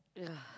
ya